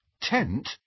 Tent